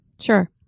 Sure